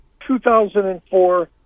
2004